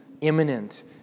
imminent